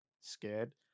scared